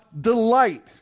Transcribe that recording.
delight